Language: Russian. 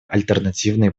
альтернативные